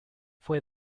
fue